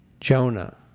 Jonah